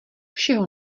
všeho